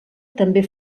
també